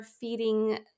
feeding